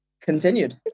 continued